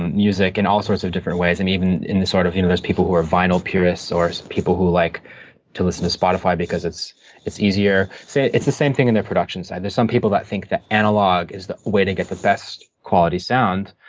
music in all sorts of different ways, and even in sort of you know those people who are vinyl purists or people who like to listen to spotify because it's it's easier. so it's the same thing in their production side. there's some people that think that analog is the way to get the best quality sound,